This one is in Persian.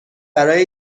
برای